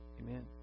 Amen